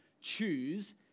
choose